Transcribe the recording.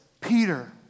Peter